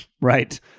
Right